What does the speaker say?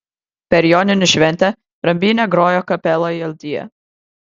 per joninių šventę rambyne grojo kapela joldija